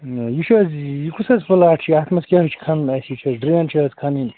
نہَ یہِ چھِ حظ یہِ کُس حظ پُلاٹ چھُ اَتھ منٛز کیٛاہ چھُ کھنُن اَسہِ یہِ چھِ حظ ڈرٛین چھِ حظ کھنٕنۍ